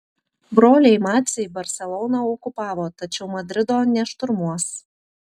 broliai maciai barseloną okupavo tačiau madrido nešturmuos